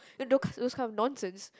then those those kind of nonsense